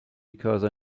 because